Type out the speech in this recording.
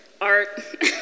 art